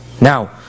Now